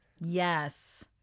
yes